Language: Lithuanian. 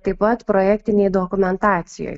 taip pat projektinėj dokumentacijoj